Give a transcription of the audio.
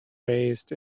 raised